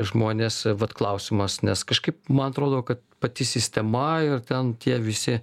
žmonės vat klausimas nes kažkaip man atrodo kad pati sistema ir ten tie visi